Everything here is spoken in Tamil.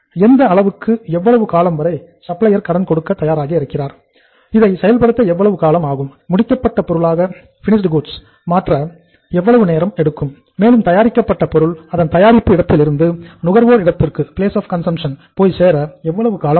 எந்த அளவுக்கு எவ்வளவு காலம் வரை சப்ளையர் போய் சேர எவ்வளவு காலம் ஆகும்